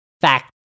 fact